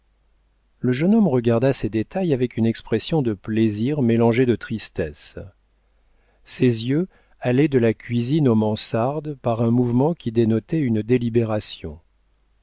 le jeune homme regarda ces détails avec une expression de plaisir mélangée de tristesse ses yeux allaient de la cuisine aux mansardes par un mouvement qui dénotait une délibération